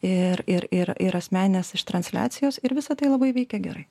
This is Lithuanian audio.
ir ir ir ir asmeninės transliacijos ir visa tai labai veikia gerai